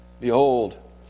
Behold